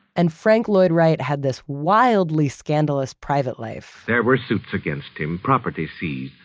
and frank lloyd wright had this wildly scandalous private life there were suits against him, property seized,